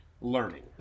learning